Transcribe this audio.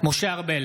בהצבעה משה ארבל,